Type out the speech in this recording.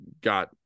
got